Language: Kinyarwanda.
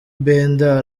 benda